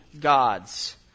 gods